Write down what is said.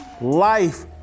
life